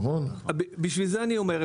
לכן אני אומר,